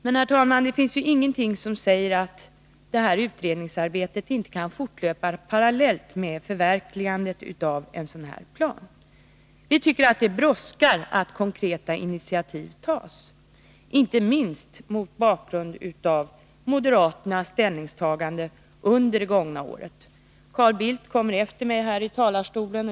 Men det finns ju ingenting som säger att det här utredningsarbetet inte kan fortlöpa parallellt med förverkligandet av en plan. Vi tycker att det brådskar med att konkreta initiativ tas, inte minst mot bakgrund av moderaternas ställningstagande under det gångna året. Carl Bildt kommer efter mig här i talarstolen.